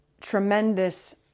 tremendous